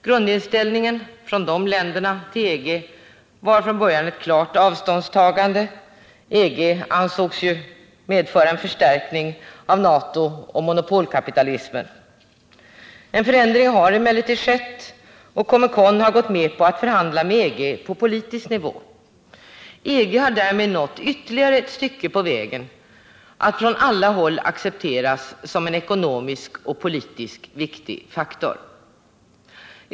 Grundinställningen från dessa länder till EG var från början ett klart avståndstagande. EG ansågs medföra en förstärkning av NATO och monopolkapitalismen. En förändring har emellertid skett, och Comecon har gått med på att förhandla med EG på politisk nivå. EG har därmed nått ytterligare ett stycke på vägen att från alla håll accepteras såsom en ekonomiskt och politiskt viktig faktor.